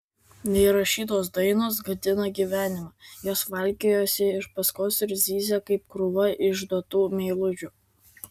neįrašytos dainos gadina gyvenimą jos valkiojasi iš paskos ir zyzia kaip krūva išduotų meilužių